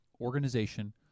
organization